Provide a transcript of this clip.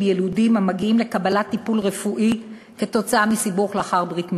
יילודים המגיעים לקבלת טיפול רפואי כתוצאה מסיבוך לאחר ברית מילה.